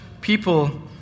people